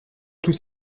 tous